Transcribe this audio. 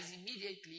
immediately